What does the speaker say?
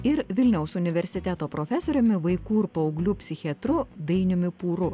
ir vilniaus universiteto profesoriumi vaikų ir paauglių psichiatru dainiumi pūru